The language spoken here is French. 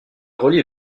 relie